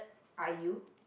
are you